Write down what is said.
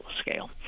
scale